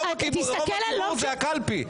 רוב הציבור זה הקלפי.